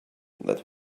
that